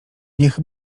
niech